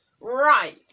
right